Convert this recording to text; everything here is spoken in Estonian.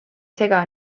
sega